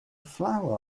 flower